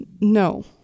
No